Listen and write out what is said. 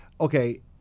okay